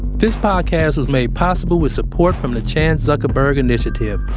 this podcast was made possible with support from the chan zuckerberg initiative,